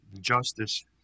justice